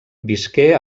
visqué